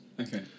Okay